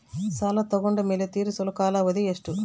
ಸಾಲ ತಗೊಂಡು ಮೇಲೆ ತೇರಿಸಲು ಕಾಲಾವಧಿ ಎಷ್ಟು?